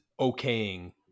okaying